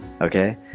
Okay